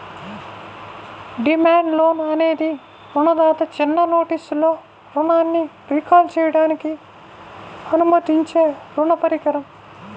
demand loan అనేది రుణదాత చిన్న నోటీసులో రుణాన్ని రీకాల్ చేయడానికి అనుమతించే రుణ పరికరం